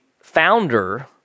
founder